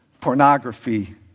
pornography